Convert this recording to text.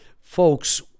Folks